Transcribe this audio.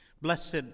Blessed